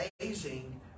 amazing